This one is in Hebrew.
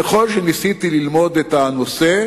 ככל שניסיתי ללמוד את הנושא,